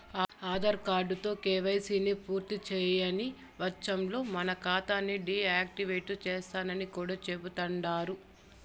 ఆదార్ కార్డుతో కేవైసీని పూర్తిసేయని వచ్చంలో మన కాతాని డీ యాక్టివేటు సేస్తరని కూడా చెబుతండారు